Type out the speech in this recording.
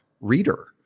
reader